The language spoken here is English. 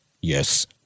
Yes